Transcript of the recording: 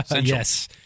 Yes